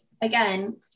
again